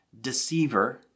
deceiver